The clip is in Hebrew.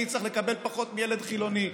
אתם חוזרים על זה כל הזמן.